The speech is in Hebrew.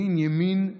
שהם ימין ימין,